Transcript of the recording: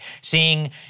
seeing